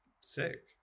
sick